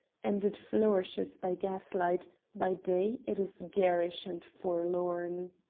and it flourishes by gaslight by day it is garish and forlorn.